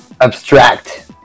abstract